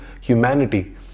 humanity